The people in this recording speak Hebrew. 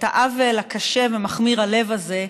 את העוול הקשה ומכמיר הלב הזה,